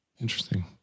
Interesting